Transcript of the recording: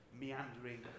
meandering